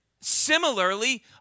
similarly